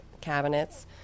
cabinets